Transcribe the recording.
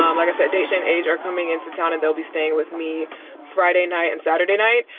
um like i said, daisha and age are coming into town and there'll be staying with me friday night and saturday night.